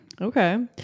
Okay